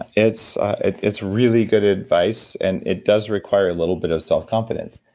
it's ah it's really good advice, and it does require a little bit of self-confidence.